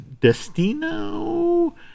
Destino